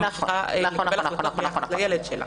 היא ממשיכה לקבל החלטות ביחס לילד שלה.